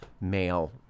male